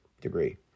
degree